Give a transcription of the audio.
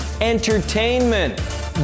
Entertainment